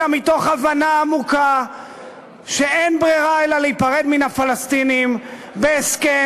אלא מתוך הבנה עמוקה שאין ברירה אלא להיפרד מן הפלסטינים בהסכם,